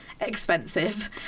expensive